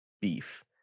beef